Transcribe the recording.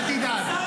אל תדאג.